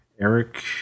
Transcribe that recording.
Eric